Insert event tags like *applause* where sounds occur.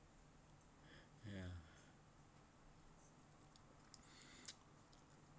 ya *breath*